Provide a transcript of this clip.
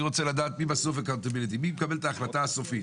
אני רוצה לדעת מי בסוף מקבל את ההחלטה הסופית?